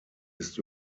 ist